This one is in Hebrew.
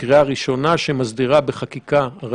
בקריאה ראשונה שמסדירה את הכלי בחקיקה ראשית.